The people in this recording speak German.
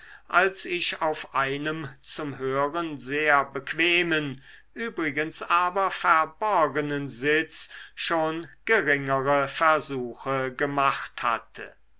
als ich auf einem zum hören sehr bequemen übrigens aber verborgenen sitz schon geringere versuche gemacht hatte